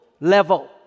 level